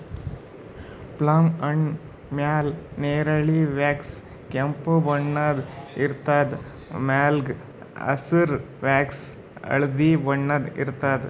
plum ಹಣ್ಣ್ ಮ್ಯಾಲ್ ನೆರಳಿ ಮಿಕ್ಸ್ ಕೆಂಪ್ ಬಣ್ಣದ್ ಇರ್ತದ್ ವಳ್ಗ್ ಹಸ್ರ್ ಮಿಕ್ಸ್ ಹಳ್ದಿ ಬಣ್ಣ ಇರ್ತದ್